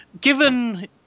Given